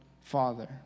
Father